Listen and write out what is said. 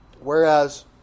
whereas